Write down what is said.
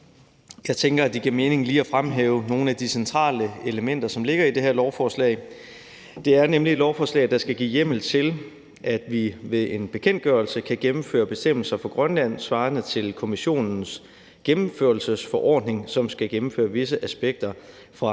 Jeg tænker, at det giver mening lige at fremhæve nogle af de centrale elementer, som ligger i det her lovforslag. Det er nemlig et lovforslag, der skal give hjemmel til, at vi ved en bekendtgørelse kan gennemføre bestemmelser på Grønland svarende til Kommissionens gennemførelsesforordning, som skal gennemføre visse aspekter af